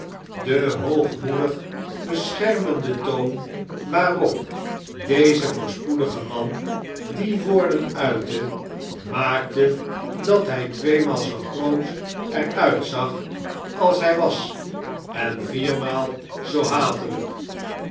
de hoogmoedig beschermende toon waarop deze voorspoedige man die woorden uitte maakte dat hy tweemaal zoo groot er uitzag als hy was en viermaal zoo hateljjk